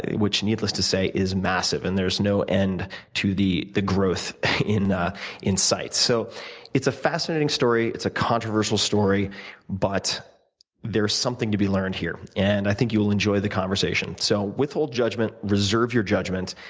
which needless to say is massive. and there's no end to the the growth in ah in sight. so it's a fascinating story, it's a controversial story but there's something to be learned, here. and i think you'll enjoy the conversation. so withhold judgment, reserve your judgment,